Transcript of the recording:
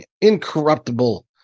incorruptible